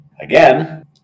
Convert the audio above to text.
again